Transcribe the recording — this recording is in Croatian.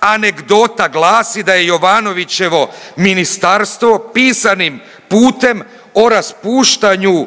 anegdota glasi da je Jovanovićevo ministarstvo pisanim putem o raspuštanju